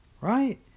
right